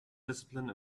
discipline